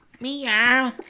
Meow